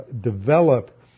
develop